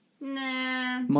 Nah